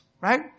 right